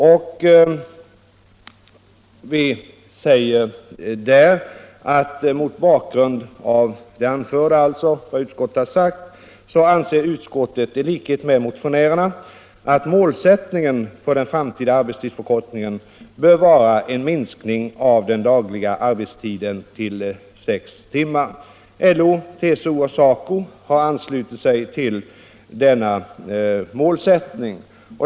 Vi säger där: ”Mot bakgrund av det anförda” — alltså vad utskottet sagt — ”anser utskottet i likhet med motionärerna att målsättningen för den framtida arbetstidsförkortningen bör vara en minskning av den dagliga arbetstiden till sex timmar. LO, TCO och SACO har anslutit sig till denna målsättning.